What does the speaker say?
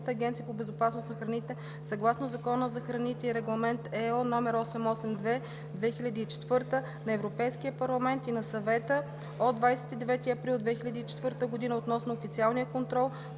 агенция по безопасност на храните съгласно Закона за храните и Регламент (ЕО) № 882/2004 на Европейския парламент и на Съвета от 29 април 2004 г. относно официалния контрол,